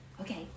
Okay